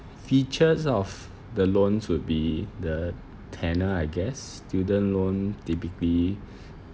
features of the loans would be the tenor I guess student loan typically